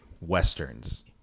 Westerns